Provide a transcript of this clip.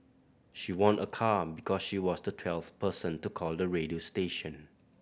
she won a car because she was the twelfth person to call the radio station